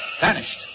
Vanished